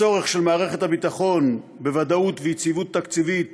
הצורך של מערכת הביטחון בוודאות ויציבות תקציבית